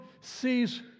sees